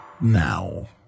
now